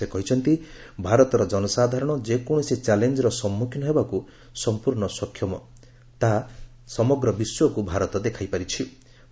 ସେ କହିଛନ୍ତି ଭାରତର ଜନସାଧାରଣ ଯେକୌଣସି ଚ୍ୟାଲେଞ୍ଜର ସମ୍ମୁଖୀନ ହେବାକୁ ସମ୍ପୂର୍ଣ୍ଣ ସକ୍ଷମ ବୋଲି ସମଗ୍ର ବିଶ୍ୱକୁ ଦେଖାଇ ପାରିଚ୍ଚନ୍ତି